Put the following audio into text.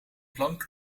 plank